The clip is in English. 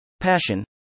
passion